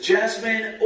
Jasmine